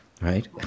right